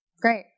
Great